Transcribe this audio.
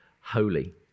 holy